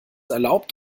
erlaubt